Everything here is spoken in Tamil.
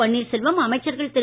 பன்னீர்செல்வம் அமைச்சர்கள் திரு